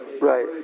Right